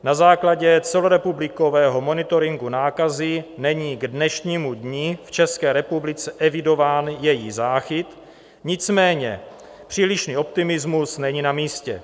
Na základě celorepublikového monitoringu nákazy není k dnešnímu dni v České republice evidován její záchyt, nicméně přílišný optimismus není namístě.